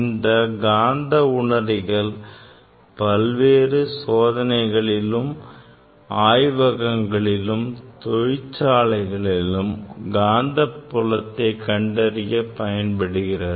இந்த காந்த உணரிகள் பல்வேறு சோதனைகளிலும் ஆய்வகங்களிலும் தொழிற்சாலைகளிலும் காந்தபாயத்தை கண்டறிய பயன்படுகிறது